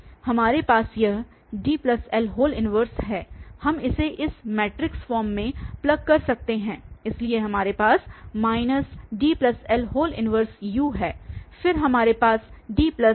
हमारे पास यह DL 1 है हम इसे इस मैट्रिक्स फॉर्म में प्लग कर सकते हैं इसलिए हमारे पास DL 1U है फिर हमारे पास DL 1b है